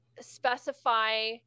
Specify